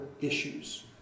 issues